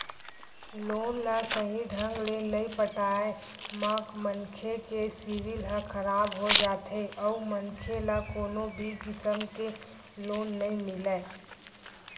loan ल सहीं ढंग ले नइ पटाए म मनखे के सिविल ह खराब हो जाथे अउ मनखे ल कोनो भी किसम के लोन नइ मिलय